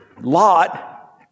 Lot